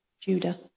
Judah